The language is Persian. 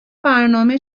برنامه